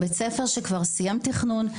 בית ספר שכבר סיים תכנון,